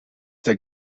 der